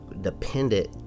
dependent